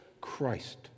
Christ